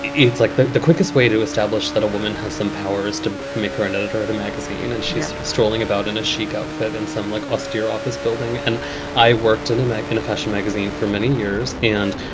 it's like the the quickest way to establish that a woman has some powers to make her an editor at a magazine. and she's sort of strolling about in a chic outfit and some like austere office building. and i worked in a mac a fashion. magazine for many years. and,